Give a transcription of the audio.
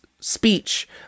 speech